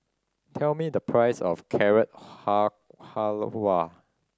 tell me the price of Carrot Halwa